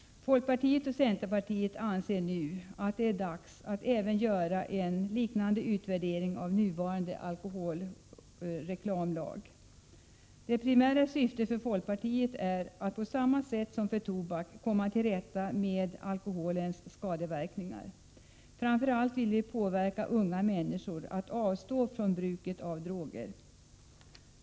Folkpartiet och centerpartiet anser nu att det är dags att göra en liknande utvärdering av nuvarande alkoholreklamlag. Det primära syftet för folkpartiet är att — på samma sätt som för tobak — komma till rätta med alkoholens skadeverkningar. Framför allt vill vi påverka unga människor att avstå från bruket av droger.